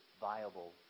viable